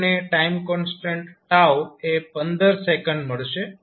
તમને time constant એ 115 second મળશે